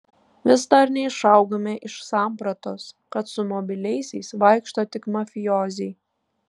vis dar neišaugame iš sampratos kad su mobiliaisiais vaikšto tik mafijoziai